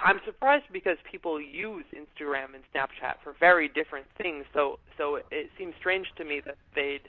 i'm surprised, because people use instagram and snapchat for very different things, so so it seems strange to me that they